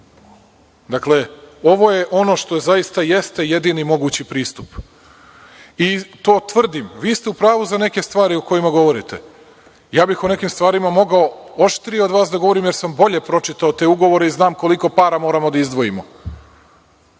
ovo je ono što zaista jeste jedini mogući pristup i to tvrdim. Vi ste u pravu za neke stvari o kojima govorite. Ja bih o nekim stvarima mogao oštrije od vas da govorim jer sam bolje pročitao te ugovore i znam koliko para moramo da izdvojimo